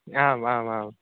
आम् आम् आम्